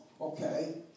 okay